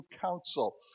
council